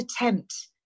attempt